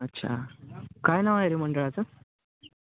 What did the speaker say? अच्छा काय नाव आहे रे मंडळाचं